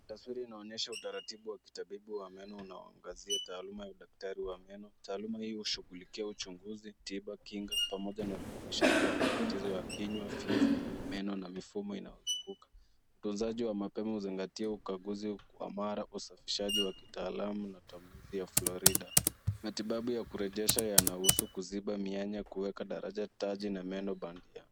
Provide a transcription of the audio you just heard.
Taswira inaonyesha utaratibu wa kitabibu wa meno unaoangazia taaluma ya udaktari wa meno. Taaluma hii hushughulikia uchunguzi, tiba, kinga pamoja na urekebebishaji wa matatizo ya kinywa, fizi, meno na mifumo inayozunguka. Utunzaji wa mapema huzingatia ukaguzi wa mara, usafishaji wa kitaalum na tamnizi ya Florida. Matibabu ya kurejesha yanahusu kuziba mianya, kuweka daraja taji na meno bandia.